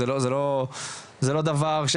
זה לא דבר שהוא